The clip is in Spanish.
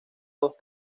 dos